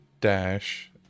dash